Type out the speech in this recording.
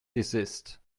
desist